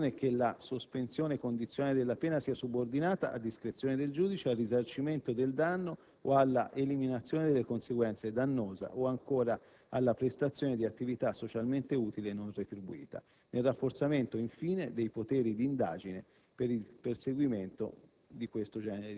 nella previsione che la sospensione condizionale della pena sia subordinata, a discrezione del giudice, al risarcimento del danno o alla eliminazione delle conseguenze dannose o ancora alla prestazione di attività socialmente utile non retribuita, nel rafforzamento infine dei poteri d'indagine per il perseguimento